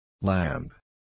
Lamb